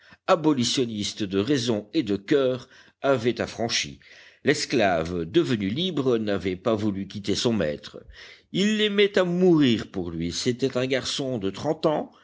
abolitionniste de raison et de coeur avait affranchi l'esclave devenu libre n'avait pas voulu quitter son maître il l'aimait à mourir pour lui c'était un garçon de trente ans